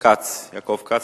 יעקב כץ,